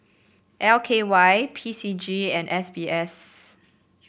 L K Y P C G and S B S